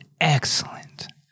excellent